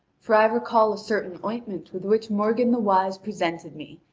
for i recall a certain ointment with which morgan the wise presented me,